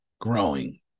Growing